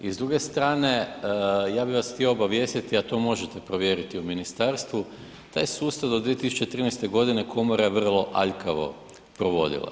I s druge strane, ja bih vas htio obavijestiti a to možete provjeriti u ministarstvu taj sustav do 2013. godine komora je vrlo aljkavo provodila.